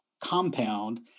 compound